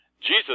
Jesus